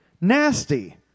nasty